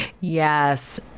Yes